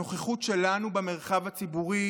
הנוכחות שלנו במרחב הציבורי